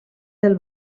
del